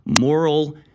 moral